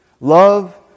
Love